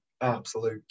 absolute